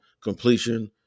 completion